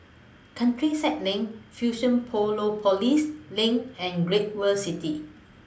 Countryside LINK LINK and Great World City